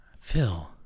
Phil